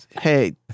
hey